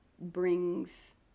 brings